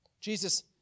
Jesus